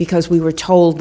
because we were told